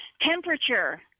Temperature